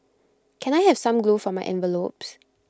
can I have some glue for my envelopes